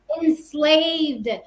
Enslaved